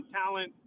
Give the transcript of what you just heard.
talent